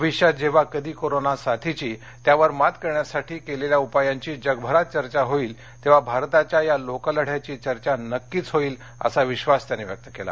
भविष्यात जेव्हा कधी कोरोना साथीची त्यावर मात करण्यासाठी केलेल्या उपायांची जगभरात चर्चा होईल तेव्हा भारताच्या या लोकलढयाची चर्चा नक्कीच होईल असा विश्वास त्यांनी व्यक्त केला